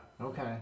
Okay